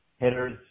hitters